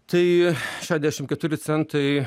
tai šešiasdešim keturi centai